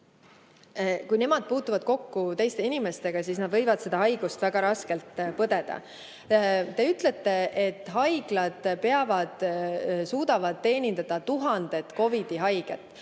kui nad puutuvad kokku teiste inimestega, võivad haigestudes seda haigust väga raskelt põdeda. Te ütlete, et haiglad suudavad teenindada tuhandet COVID‑i haiget.